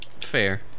Fair